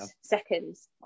seconds